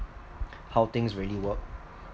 how things really work